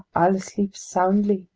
i'll sleep soundly,